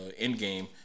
Endgame